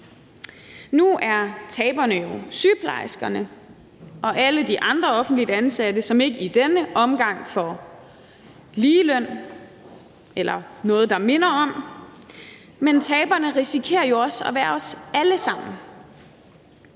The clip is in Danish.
Nu er taberne jo sygeplejerskerne og alle de andre offentligt ansatte, som ikke i denne omgang får ligeløn eller noget, der minder om det. Men taberne risikerer jo også at være os alle sammen,